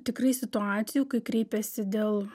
tikrai situacijų kai kreipiasi dėl